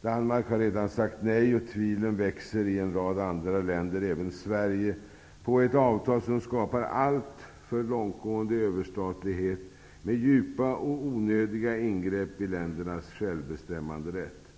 Danmark har redan sagt nej, och tvivlen växer i en rad andra länder, även i Sverige, på ett avtal som skapar alltför långtgående överstatlighet med djupa och onödiga ingrepp i ländernas självbestämmanderätt.